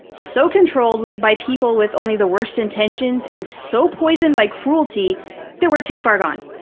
so controlled by people with only the worst intentions and so poisoned by cruelty that we're too far gone.